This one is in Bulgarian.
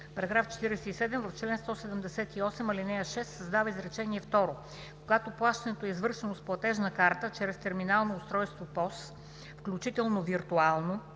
47: „§ 47. В чл. 178, ал. 6 се създава изречение второ: „Когато плащането е извършено с платежна карта чрез терминално устройство ПОС, включително виртуално,